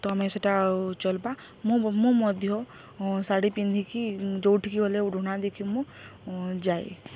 ତ ଆମେ ସେଟା ଚଲ୍ବା ମୁଁ ମୁଁ ମଧ୍ୟ ଶାଢ଼ୀ ପିନ୍ଧିକି ଯୋଉଠିକି ଗଲେ ଓଢ଼ଣା ଦେଇକି ମୁଁ ଯାଏ